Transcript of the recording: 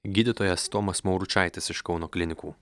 gydytojas tomas mauručaitis iš kauno klinikų